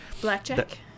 blackjack